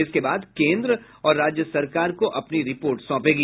इसके बाद केंद्र और राज्य सरकार को अपनी रिपोर्ट सौंपेगी